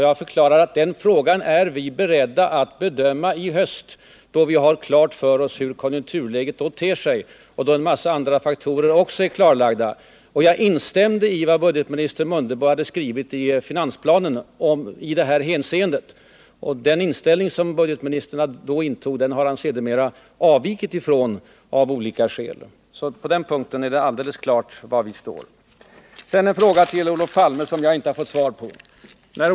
Jag förklarade att den frågan är vi beredda att bedöma i höst, då vi har klart för oss hur konjunkturläget ter sig och då också en mängd andra faktorer är klarlagda, och jag instämde i vad budgetminister Mundebo hade skrivit i finansplanen i det hänseendet. Den inställning som budgetministern då intog har han av olika skäl sedermera avvikit från. Men det är alldeles klart var vi står. Sedan en fråga till Olof Palme som jag inte fått svar på.